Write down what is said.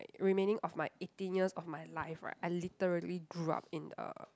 remaining of my eighteen years of my life right I literally grew up in uh